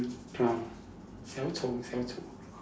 clown 小丑小丑